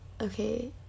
Okay